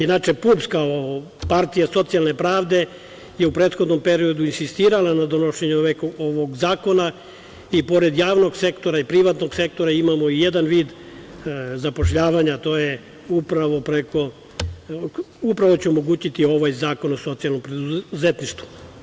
Inače, PUPS, kao partija socijalne pravde, je u prethodnom periodu insistirala na donošenju ovog zakona i pored javnog sektora i privatnog sektora imamo jedan vid zapošljavanja, a to će upravo omogućiti ovaj Zakon o socijalnom preduzetništvu.